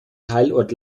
teilort